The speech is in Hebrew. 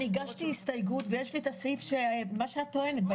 אני הגשתי הסתייגות ויש לי בהסתייגות שלי את הסעיף שאת טוענת.